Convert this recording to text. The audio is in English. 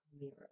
mirror